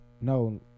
No